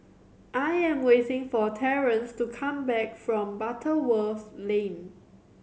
I am waiting for Terance to come back from Butterworth Lane